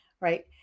right